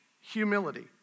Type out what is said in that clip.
humility